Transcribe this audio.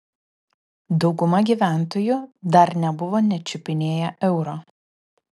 dauguma gyventojų dar nebuvo net čiupinėję euro